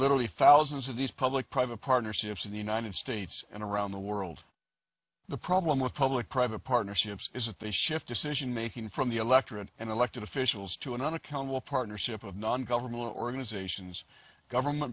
literally thousands of these public private partnerships in the united states and around the world the problem with public private partnerships is that they shift decision making from the electorate and elected officials to an unaccountable partnership of non governmental organizations government